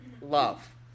Love